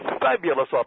fabulous